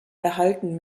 erhalten